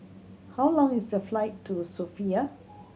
how long is the flight to Sofia